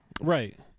Right